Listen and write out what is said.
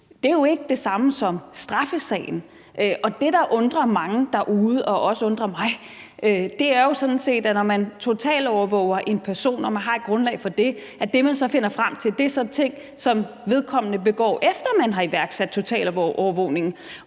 Det er jo ikke det samme som straffesagen, og det, der undrer mange derude, og som også undrer mig, er sådan set, at når man totalovervåger en person og man har et grundlag for det, er det, man finder frem til så en ting, som vedkommende begår, efter man har iværksat totalovervågningen,